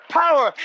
power